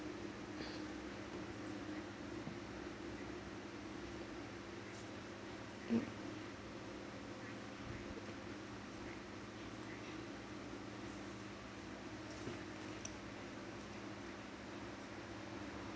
um